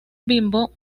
bimbo